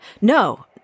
No